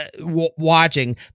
watching